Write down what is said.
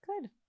Good